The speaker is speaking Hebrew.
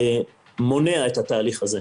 מונע את התהליך הזה.